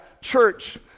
church